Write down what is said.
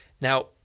Now